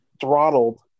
throttled